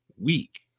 week